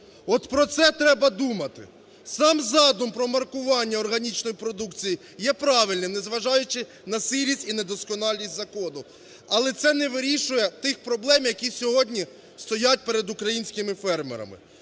от про це треба думати? Сам задум про маркування органічної продукції є правильним, незважаючи на сирість і недосконалість закону, але це не вирішує тих проблем, які сьогодні стоять перед українськими фермерами.